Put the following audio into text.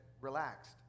relaxed